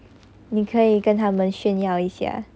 你可以跟他们炫耀一下